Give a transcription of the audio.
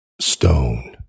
Stone